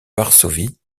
varsovie